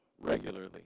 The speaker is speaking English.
regularly